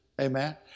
amen